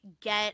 get